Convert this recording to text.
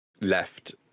left